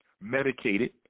medicated